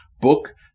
book